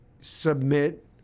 submit